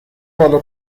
بالا